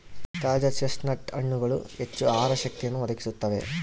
ತಾಜಾ ಚೆಸ್ಟ್ನಟ್ ಹಣ್ಣುಗಳು ಹೆಚ್ಚು ಆಹಾರ ಶಕ್ತಿಯನ್ನು ಒದಗಿಸುತ್ತವೆ